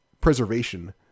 preservation